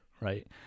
right